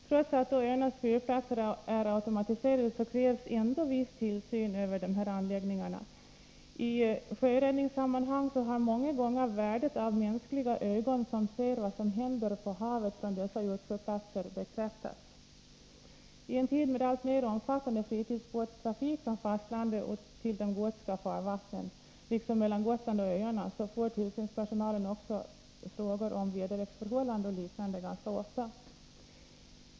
Trots att öarnas fyrplatser är automatiserade krävs ändå viss tillsyn över dessa anläggningar. I sjöräddningssammanhang har många gånger värdet av mänskliga ögon som ser vad som händer på havet från dessa utsjöplatser bekräftats. I en tid med alltmer omfattande fritidsbåtstrafik från fastlandet till de gotländska farvattnen liksom mellan Gotland och öarna får tillsynspersonalen frågor om väderleksförhållanden och liknande ganska ofta.